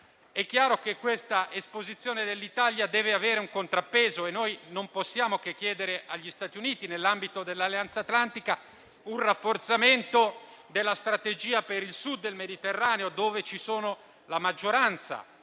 È chiaro che questa esposizione dell'Italia deve avere un contrappeso e non possiamo che chiedere agli Stati Uniti, nell'ambito dell'Alleanza atlantica, un rafforzamento della strategia per il Sud del Mediterraneo, dove vi è l'esigenza